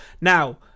Now